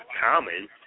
common